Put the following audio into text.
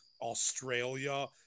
Australia